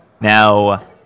Now